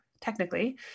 technically